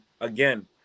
Again